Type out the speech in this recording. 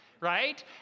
right